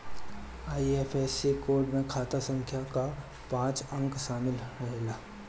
IFSC code में खाता संख्या कअ पांच अंक शामिल रहेला